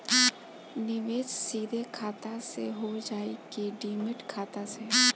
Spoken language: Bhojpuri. निवेश सीधे खाता से होजाई कि डिमेट खाता से?